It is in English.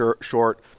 short –